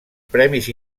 premis